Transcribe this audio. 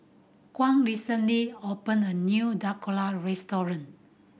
Kwame recently opened a new Dhokla Restaurant